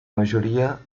majoria